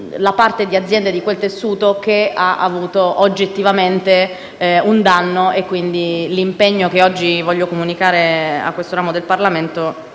la parte di aziende che hanno avuto oggettivamente un danno. Tale è l'impegno che oggi voglio comunicare a questo ramo del Parlamento.